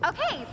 Okay